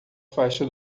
faixa